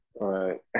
Right